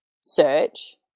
search